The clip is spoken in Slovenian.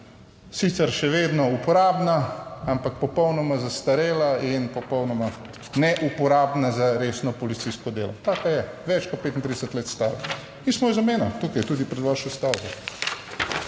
Sicer še vedno uporabna, ampak popolnoma zastarela in popolnoma neuporabna za resno policijsko delo. Taka je več kot 35 let stara in smo jo zamenjali tukaj, tudi pred vašo stavbo.